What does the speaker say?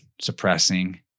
suppressing